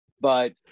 but-